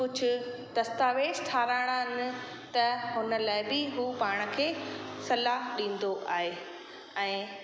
कुझु दस्तावेज़ ठाहिराइणा आहिनि त हुन लाइ बि उहो पाण खे सलाह ॾींदो आहे